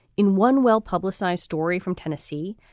in one well-publicized story from tennessee,